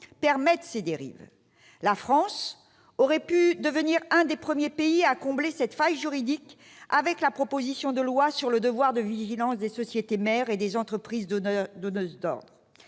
permettent ces dérives. La France aurait pu devenir un des premiers pays à combler cette faille juridique avec la proposition de loi relative au devoir de vigilance des sociétés mères et des entreprises donneuses d'ordre.